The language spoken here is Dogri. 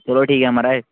चलो ठीक ऐ महाराज